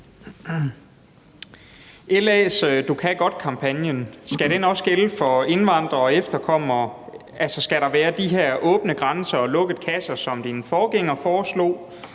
LA's »Du kan godt«-kampagne også gælde for indvandrere og efterkommere? Altså, skal der være de her åbne grænser og lukkede kasser, som din forgænger foreslog,